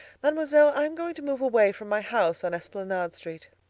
mademoiselle, i am going to move away from my house on esplanade street.